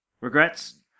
Regrets